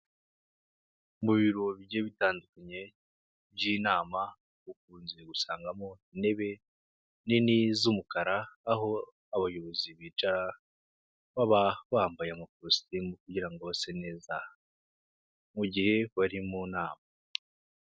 Mu biro bigiye bitandukanye by'inama ukunze gusangamo intebe nini z'umukara aho abayobozi bicara baba bambaye amakositimu kugirango base neza mu gihe bari mu nama.